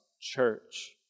church